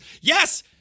Yes